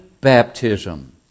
baptism